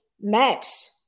match